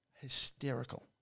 hysterical